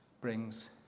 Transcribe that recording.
brings